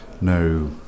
no